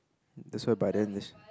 that's why by then